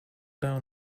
down